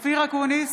אופיר אקוניס,